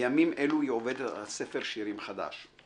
בימים אלו היא עובדת על ספר שירים חדש.